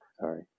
Sorry